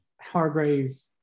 Hargrave